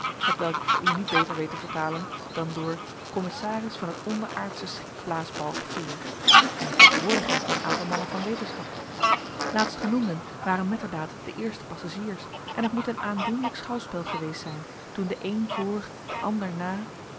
hetwelk ik voor u niet beter weet te vertalen dan door commissaris van het onderaardsche schietblaasbalg veer en in tegenwoordigheid van een aantal mannen van wetenschap laatstgenoemden waren metterdaad de eerste passagiers en het moet een aandoenlijk schouwspel geweest zijn toen de een voor de ander